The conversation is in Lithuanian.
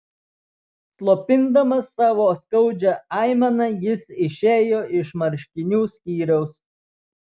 slopindamas savo skaudžią aimaną jis išėjo iš marškinių skyriaus